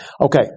Okay